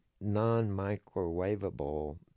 non-microwavable